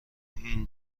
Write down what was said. این